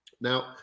Now